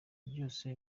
byose